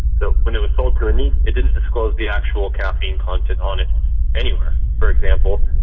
so when it was sold to anais it didn't disclose the actual caffeine content on it anywhere. for example,